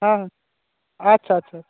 হ্যাঁ আচ্ছা আচ্ছা আচ্ছা